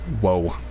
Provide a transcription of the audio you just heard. Whoa